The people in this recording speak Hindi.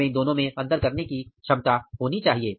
हमें इन दोनों में अंतर करने की क्षमता होनी चाहिए